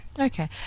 okay